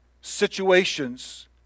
situations